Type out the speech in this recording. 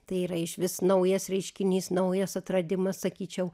tai yra išvis naujas reiškinys naujas atradimas sakyčiau